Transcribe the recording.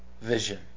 vision